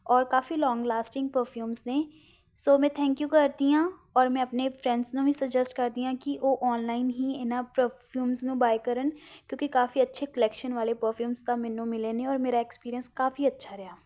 ਔਰ ਕਾਫੀ long lasting perfume ਨੇ ਸੋ ਮੈਂ ਥੈਂਕ ਯੂ ਕਰਦੀ ਹਾਂ ਔਰ ਮੈਂ ਆਪਣੇ ਫਰੈਂਡਸ ਨੂੰ ਵੀ ਸੁਜੈਸਟ ਕਰਦੀ ਹਾਂ ਕਿ ਉਹ ਔਨਲਾਈਨ ਹੀ ਇਹਨਾਂ ਪਰਫਿਊਮਸ ਨੂੰ ਬਾਏ ਕਰਨ ਕਿਉਂਕਿ ਕਾਫ਼ੀ ਅੱਛੇ ਕਲੈਕਸ਼ਨ ਵਾਲੇ ਪਰਫਿਓਮਸ ਤਾਂ ਮੈਨੂੰ ਮਿਲੇ ਨੇ ਔਰ ਮੇਰਾ ਐਕਸਪੀਰੀਅੰਸ ਕਾਫ਼ੀ ਅੱਛਾ ਰਿਹਾ